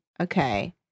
Okay